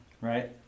right